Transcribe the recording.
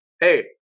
hey